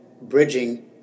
bridging